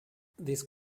these